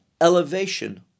elevation